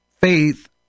faith